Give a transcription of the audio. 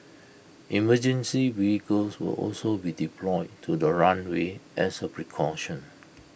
emergency vehicles will also be deployed to the runway as A precaution